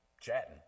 chatting